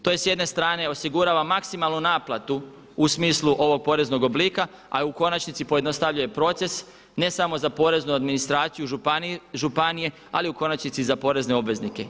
To s jedne strane osigurava maksimalnu naplatu u smislu ovog poreznog oblika, a u konačnici pojednostavljuje proces ne samo za poreznu administraciju županije, ali u konačnici i za porezne obveznike.